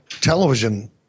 television